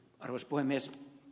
arvoisa puhemies